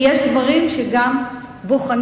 כי יש דברים שגם בוחנים,